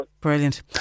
brilliant